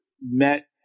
met